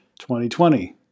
2020